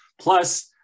Plus